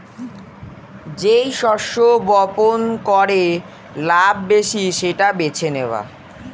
যেই শস্য বপন করে লাভ বেশি সেটা বেছে নেওয়া